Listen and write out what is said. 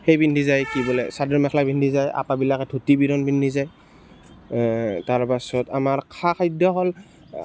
সেই পিন্ধি যায় কি বোলে চাদৰ মেখেলা পিন্ধি যায় আপাবিলাকে ধূতি বিৰণ পিন্ধি যায় তাৰ পাছত আমাৰ খা খাদ্য হ'ল